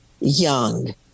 Young